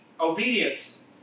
obedience